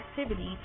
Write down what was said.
activity